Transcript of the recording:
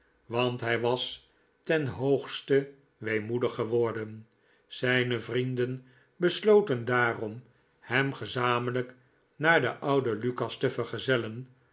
want hij was ten hoogste weemoedig geworden zijne vrienden besloten daarom hem gezamenlijk naar den ouden lukas te vergezellen